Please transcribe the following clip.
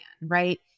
right